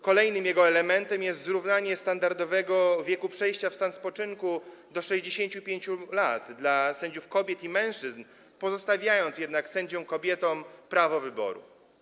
Kolejnym elementem jest zrównanie standardowego wieku przejścia w stan spoczynku do 65 lat dla sędziów kobiet i mężczyzn, przy pozostawieniu jednak sędziom kobietom prawa wyboru.